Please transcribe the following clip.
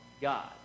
God